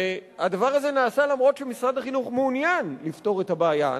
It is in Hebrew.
והדבר הזה נעשה אף שמשרד החינוך מעוניין לפתור את הבעיה.